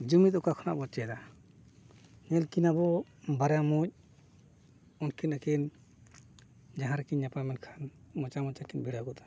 ᱡᱩᱢᱤᱫ ᱚᱠᱟ ᱠᱷᱚᱱᱟᱜ ᱵᱚᱱ ᱪᱮᱫᱟ ᱧᱮᱞ ᱠᱤᱱᱟ ᱵᱚᱱ ᱵᱟᱨᱭᱟ ᱢᱩᱪ ᱩᱱᱠᱤᱱ ᱟᱹᱠᱤᱱ ᱡᱟᱦᱟᱸ ᱨᱮᱠᱤᱱ ᱧᱟᱯᱟᱢ ᱮᱱᱠᱷᱟᱱ ᱢᱚᱪᱟ ᱢᱟᱪᱟ ᱠᱤᱱ ᱵᱷᱤᱲᱟᱣ ᱜᱚᱫᱟ